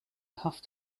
have